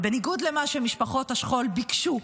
ובניגוד למה שמשפחות השכול ביקשו,